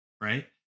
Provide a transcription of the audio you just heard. right